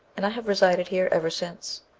and i have resided here ever since.